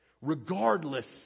regardless